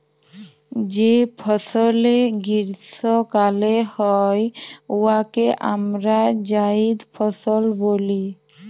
যে ফসলে গীষ্মকালে হ্যয় উয়াকে আমরা জাইদ ফসল ব্যলি